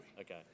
Okay